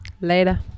Later